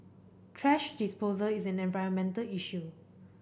thrash disposal is an environmental issue